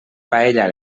paella